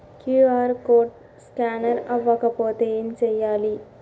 QR code scanner అవ్వకపోతే ఏం చేయాలి?